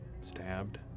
stabbed